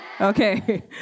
Okay